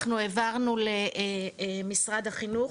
אנחנו העברנו למשרד החינוך.